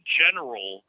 general